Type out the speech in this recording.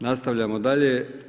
Nastavljamo dalje.